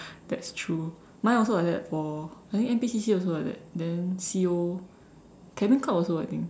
that's true mine also like that for I think N_P_C_C also like that then C_O cabin club also I think